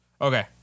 Okay